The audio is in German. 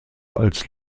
als